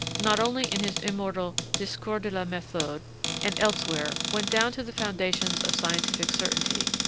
not only in his immortal discours de la methode and elsewhere, went down to the foundations of scientific certainty,